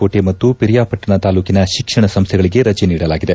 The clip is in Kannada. ಕೋಟೆ ಮತ್ತು ಪಿರಿಯಾಪಟ್ಟಣ ತಾಲೂಕಿನ ಶಿಕ್ಷಣ ಸಂಸ್ಥೆಗಳಿಗೆ ರಜೆ ನೀಡಲಾಗಿದೆ